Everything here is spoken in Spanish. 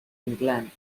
inclán